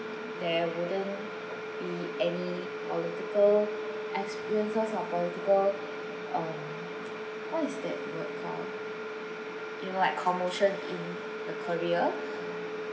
there wouldn't be any political experiences lah political um what is that word call you know like commotion in the career